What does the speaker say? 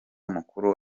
mukuru